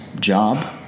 job